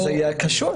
שזה יהיה קשור.